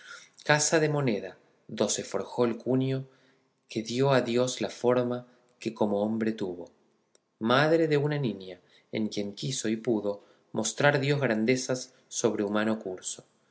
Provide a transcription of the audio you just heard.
casa de moneda do se forjó el cuño que dio a dios la forma que como hombre tuvo madre de una hija en quien quiso y pudo mostrar dios grandezas sobre humano curso